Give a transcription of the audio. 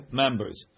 members